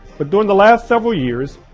but during the last several years,